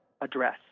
address